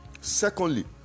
secondly